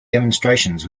demonstrations